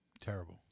Terrible